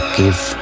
give